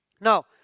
Now